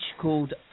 called